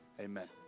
Amen